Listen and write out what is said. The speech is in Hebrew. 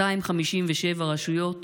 257 רשויות,